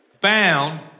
bound